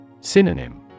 Synonym